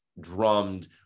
drummed